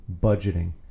budgeting